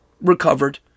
recovered